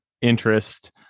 interest